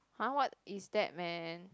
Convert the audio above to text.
(huh) what is that man